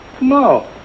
No